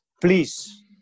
please